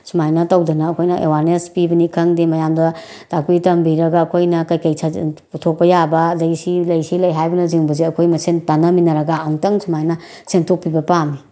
ꯁꯨꯃꯥꯏꯅ ꯇꯧꯗꯅ ꯑꯩꯈꯣꯏꯅ ꯑꯦꯋꯥꯔꯅꯦꯁ ꯄꯤꯕꯅꯤ ꯈꯪꯗꯦ ꯃꯌꯥꯝꯗ ꯇꯥꯛꯄꯤ ꯇꯝꯕꯤꯔꯒ ꯑꯩꯈꯣꯏꯅ ꯀꯩ ꯀꯩ ꯁꯖꯦꯁꯟ ꯄꯨꯊꯣꯛꯄ ꯌꯥꯕ ꯁꯤ ꯂꯩ ꯁꯤ ꯂꯩ ꯍꯥꯏꯕꯅꯆꯤꯡꯕꯁꯦ ꯑꯩꯈꯣꯏ ꯃꯁꯦꯟ ꯇꯥꯟꯅꯃꯤꯟꯅꯔꯒ ꯑꯃꯨꯛꯇꯪ ꯁꯨꯃꯥꯏꯅ ꯁꯦꯝꯗꯣꯛꯄꯤꯕ ꯄꯥꯝꯃꯤ